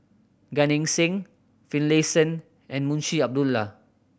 Gan Eng Seng Finlayson and Munshi Abdullah